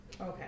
Okay